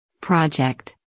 Project